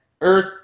earth